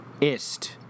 ist